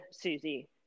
Susie